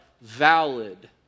valid